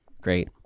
Great